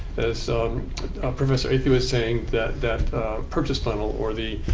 as professor athey was saying, that that purchase funnel or the